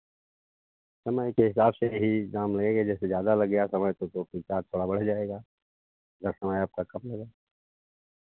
समय के हिसाब से यही दाम लगेगा जैसे ज़्यादा लग गया समय तब तो फिर चार्ज़ थोड़ा बढ़ जाएगा अगर समय आपका कम लगा